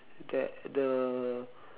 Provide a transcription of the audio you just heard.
there the